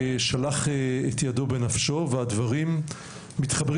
ששלח את ידו בנפשו והדברים מתחברים